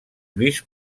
lluís